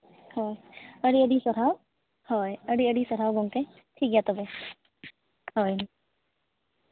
ᱦᱳᱭ ᱟᱹᱰᱤ ᱟᱹᱰᱤ ᱥᱟᱨᱦᱟᱣ ᱦᱳᱭ ᱟᱹᱰᱤ ᱟᱹᱰᱤ ᱥᱟᱨᱦᱟᱣ ᱜᱚᱢᱠᱮ ᱴᱷᱤᱠ ᱜᱮᱭᱟ ᱛᱚᱵᱮ ᱦᱳᱭ